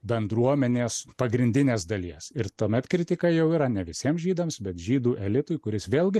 bendruomenės pagrindinės dalies ir tuomet kritika jau yra ne visiems žydams bet žydų elitui kuris vėlgi